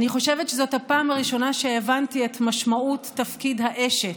אני חושבת שזאת הפעם הראשונה שהבנתי את משמעות תפקיד ה"אשת",